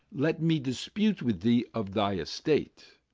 let me dispute with thee of thy estate.